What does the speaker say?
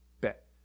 bet